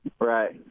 Right